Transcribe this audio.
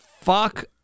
fuck